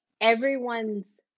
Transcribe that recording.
everyone's